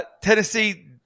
Tennessee